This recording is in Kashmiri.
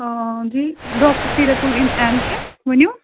آ جی ڈاکٹر سیٖرتُل اِن ایٚم چھِ ؤنِو